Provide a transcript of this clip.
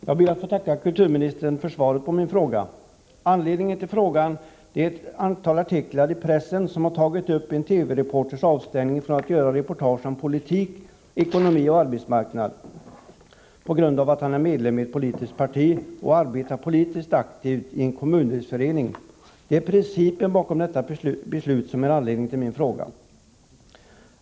Herr talman! Jag ber att få tacka kulturministern för svaret på min fråga. Anledningen till frågan är ett antal artiklar i pressen som tagit upp en TV-reporters avstängning från att göra reportage om politik, ekonomi och arbetsmarknad på grund av att han är medlem i ett politiskt parti och är politiskt aktiv i en kommundelsförening. Det är principen bakom detta beslut som är anledningen till min fråga.